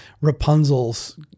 Rapunzel's